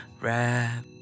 rap